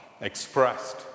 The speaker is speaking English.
expressed